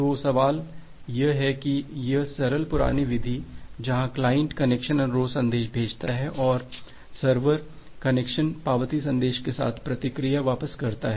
तो सवाल यह है कि यह सरल पुरानी विधि जहां क्लाइंट कनेक्शन अनुरोध संदेश भेजता है और सर्वर कनेक्शन पावती संदेश के साथ प्रतिक्रिया वापस करता है